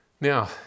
Now